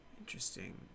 Interesting